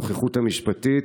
הנוכחות המשפטית,